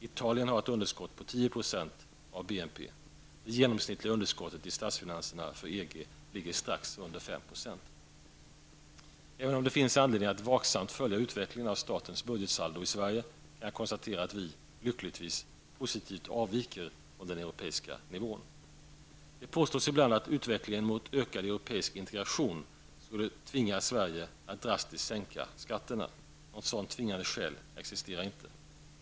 Italien har ett underskott på 10 % av BNP. Det genomsnittliga underskottet i statsfinanserna för EG ligger strax under 5 %. Även om det finns all anledning att vaksamt följa utvecklingen av statens budgetsaldo i Sverige kan jag konstatera att vi, lyckligtvis, positivt avviker från den europeiska nivån. Det påstås ibland att utvecklingen mot ökad europeisk integration skulle tvinga Sverige att drastiskt sänka skatterna. Något sådant tvingande skäl existerar inte.